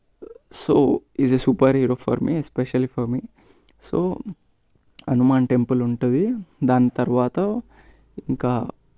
so he is a super hero for me especially for me so Hanuman temple ఉంటుంది దాని తర్వాత ఇంకా